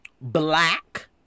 black